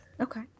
Okay